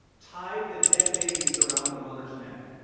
tied the dead babies around the mother's neck,